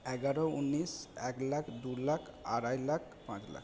এগারো উনিশ এক লাখ দু লাখ আড়াই লাখ পাঁচ লাখ